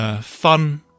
fun